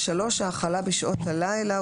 האכלה בשעות הלילה,